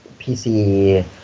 pc